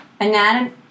anatomy